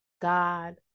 God